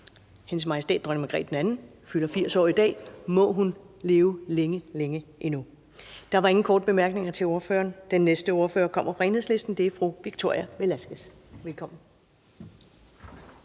Hendes Majestæt Dronning Margrethe 2., fylder 80 år i dag. Må hun leve længe, længe endnu! Der var ingen korte bemærkninger til ordføreren. Den næste ordfører kommer fra Enhedslisten, og det er fru Victoria Velasquez. Velkommen.